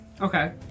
Okay